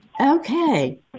Okay